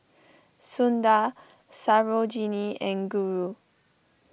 Sundar Sarojini and Guru